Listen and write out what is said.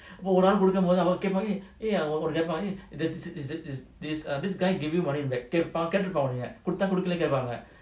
ஒருஆளுகொடுக்கும்போது:oru aalu kodukumpothu eh கேட்பாங்க:ketpanga is is is this err this guy gave you money back கேட்ருபாங்ககொடுத்தாகேட்பாங்க:ketrupanga kodutha ketpanga